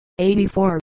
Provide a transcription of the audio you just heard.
84